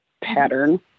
pattern